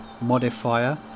modifier